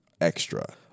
Extra